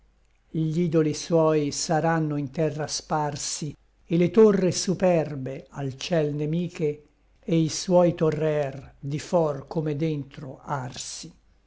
baldacco gl'idoli suoi sarranno in terra sparsi et le torre superbe al ciel nemiche e i suoi torrer di for come dentro arsi